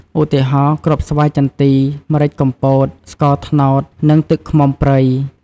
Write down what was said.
ឧទាហរណ៍ គ្រាប់ស្វាយចន្ទី , ម្រេចកំពត, ស្ករត្នោត និងទឹកឃ្មុំព្រៃ ។